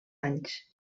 anys